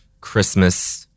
Christmas